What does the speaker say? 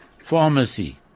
Pharmacy